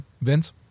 Vince